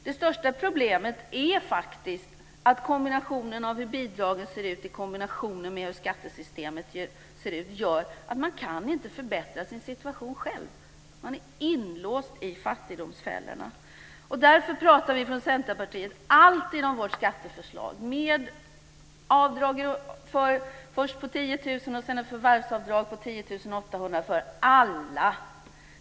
Det största problemet är faktiskt att kombinationen av hur bidragen ser ut och hur skattesystemet ser ut gör att man inte kan förbättra sin situation själv. Man är inlåst i fattigdomsfällorna. Därför talar vi från Centerpartiet alltid om vårt skatteförslag med avdrag först på 10 000 kronor och sedan ett förvärvsavdrag på 10 800 kr för alla.